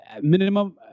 Minimum